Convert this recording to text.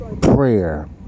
prayer